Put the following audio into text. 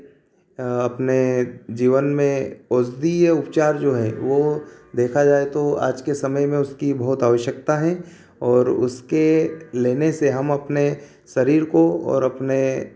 अपने जीवन में औषधीय उपचार जो है वह देखा जाए तो आज के समय में उसकी बहुत आवश्यकता है और उसके लेने से हम अपने शरीर को और अपने